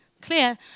clear